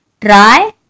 try